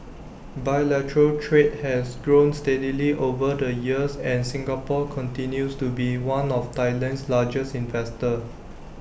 bilateral trade has grown steadily over the years and Singapore continues to be one of Thailand's largest investors